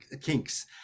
kinks